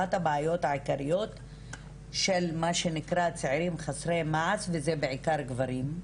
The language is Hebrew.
אחת הבעיות העיקריות של מה שנקרא צעירים חסרי מעש וזה בעיקר גברים,